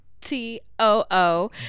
T-O-O